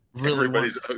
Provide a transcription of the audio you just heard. everybody's